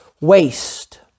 waste